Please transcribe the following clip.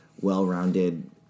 well-rounded